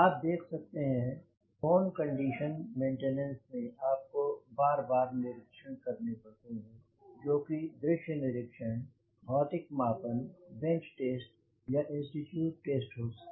आप देख सकते हैं फोन कंडीशन मेंटेनेंस में आपको बार बार निरीक्षण करने पड़ते हैं जोकि दृश्य निरीक्षण भौतिक मापन बेंच टेस्ट या इंस्टिट्यूट टेस्ट हो सकते हैं